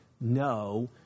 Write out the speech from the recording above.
no